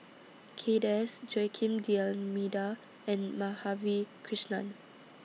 Kay Das Joaquim D'almeida and Madhavi Krishnan